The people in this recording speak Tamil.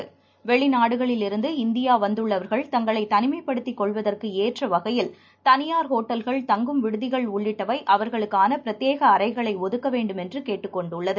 அதன் வெளிநாடுகளிலிருந்து இந்தியா வந்துள்ளவர்கள் தங்களை தனிமைப்படுத்திக் கொள்வதற்கு ஏற்ற வகையில் தனியார் ஹோட்டல்கள் தங்கும் விடுதிகள் உள்ளிட்டவை அவர்களுக்கான பிரத்யேக அறைகளை ஒதுக்க வேண்டுமென்று கேட்டுக் கொண்டுள்ளது